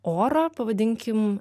oro pavadinkim